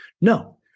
No